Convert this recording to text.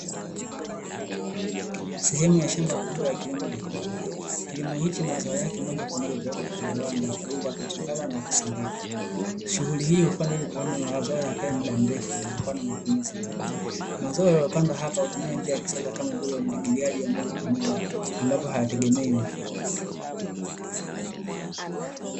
Sehemu ya shamba kubwa ya kilimo cha kiwanda. Kilimo hichi mazao yake, moja kwa moja hupelekwa katika kiwanda, kwa ajili ya kuchakatwa na kusindikwa. Shughuli hii hufanywa ili kufanya mazao yakae muda mrefu na kuwa na matumizi mengi. Mazao yaliyopandwa hapa hutumia njia ya kisasa, kama vile umwagiliaji wa moja kwa moja, ambapo hayategemei mvua.